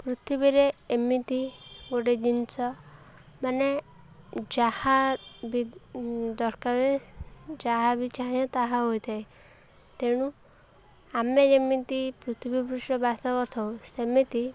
ପୃଥିବୀରେ ଏମିତି ଗୋଟେ ଜିନିଷ ମାନେ ଯାହା ବି ଦରକାର ଯାହା ବି ଚାହିଁବ ତାହା ହୋଇଥାଏ ତେଣୁ ଆମେ ଯେମିତି ପୃଥିବୀ ପୃଷ୍ଠରେ ବାସ କରିଥାଉ ସେମିତି